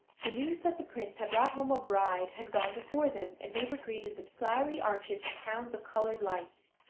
the news that the prince had brought home a bride had gone before them, and they were greeted with flowery arches and crowns of coloured lights.